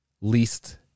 least-